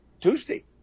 Tuesday